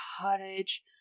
cottage